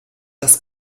das